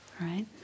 right